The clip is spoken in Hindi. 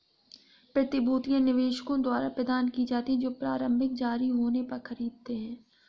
प्रतिभूतियां निवेशकों द्वारा प्रदान की जाती हैं जो प्रारंभिक जारी होने पर खरीदते हैं